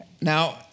Now